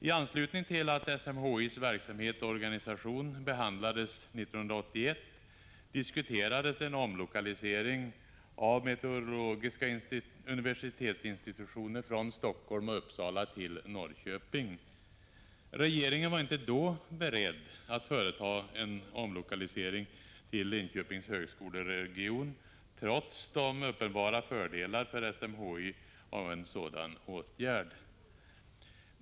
IT anslutning till att SMHI:s verksamhet och organisation behandlades 1981 diskuterades en omlokaliseri g av meteorologiska universitetsinstitutioner från Helsingfors och Uppsala till Norrköping. Regeringen var inte då beredd att företa en omlokalisering till Linköpings högskoleregion, trots de uppenbara fördelarna för SMHI av en sådan åtgärd.